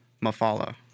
Mafala